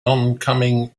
oncoming